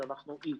שאנחנו אי.